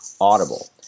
audible